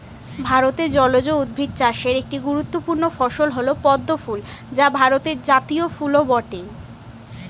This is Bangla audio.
ভারতে জলজ উদ্ভিদ চাষের একটি গুরুত্বপূর্ণ ফসল হল পদ্ম ফুল যা ভারতের জাতীয় ফুলও বটে